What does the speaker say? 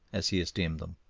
as he esteemed them.